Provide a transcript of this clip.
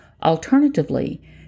Alternatively